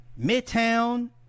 Midtown